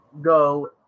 go